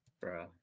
Bro